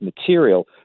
material